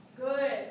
Good